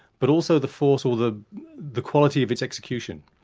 but also the force or the the quality of its execution.